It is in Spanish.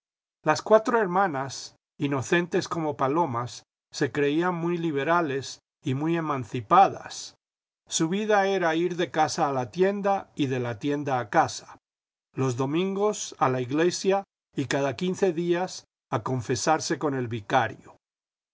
las cuatro hermanas inocentes como palomeas se creían muy liberales y muy emancipadas su vida era ir de casa a la tienda y de la tienda a casa los domingos a la iglesia y cada quince días a confesarse con el vicario